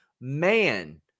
Man